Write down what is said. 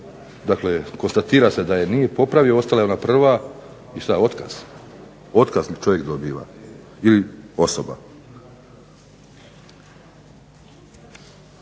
dakle konstatira se da je nije popravio, ostala je ona prva i šta otkaz, otkaz čovjek dobiva ili osoba.